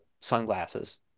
sunglasses